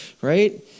Right